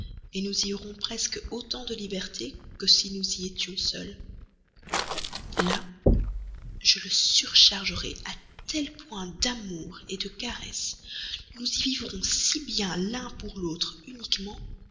clairvoyantes nous y aurons presque autant de liberté que si nous y étions seuls là je le surchargerai à tel point d'amour de caresses nous y vivrons si bien l'un pour l'autre uniquement